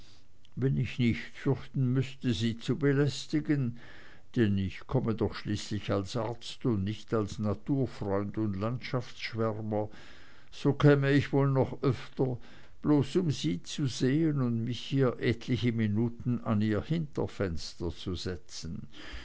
wenn ich nicht fürchten müßte sie zu belästigen denn ich komme doch schließlich als arzt und nicht als naturfreund und landschaftsschwärmer so käme ich wohl noch öfter bloß um sie zu sehen und mich hier etliche minuten an ihr hinterfenster zu setzen